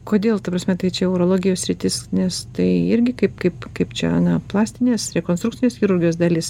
kodėl ta prasme tai čia urologijos sritis nes tai irgi kaip kaip kaip čia na plastinės rekonstrukcinės chirurgijos dalis